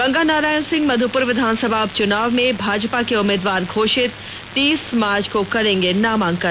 गंगानारायण सिंह मध्रपुर विधानसभा उपचुनाव में भाजपा के उम्मीदवार घोषित तीस मार्च को करेंगे नामांकन